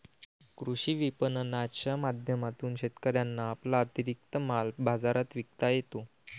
कृषी विपणनाच्या माध्यमातून शेतकऱ्यांना आपला अतिरिक्त माल बाजारात विकता येतो